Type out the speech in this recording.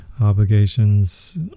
obligations